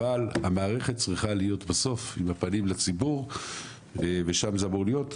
אבל בסוף המערכת צריכה להיות עם הפנים לציבור ושם זה אמור להיות.